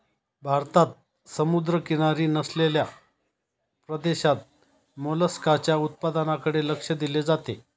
भारतात समुद्रकिनारी नसलेल्या प्रदेशात मोलस्काच्या उत्पादनाकडे लक्ष दिले जाते